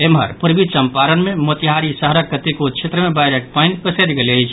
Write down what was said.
एम्हर पूर्वी चंपारण मे मोतिहारी शहरक कतेको क्षेत्र मे बाढ़िक पानि पसरि गेल अछि